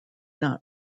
not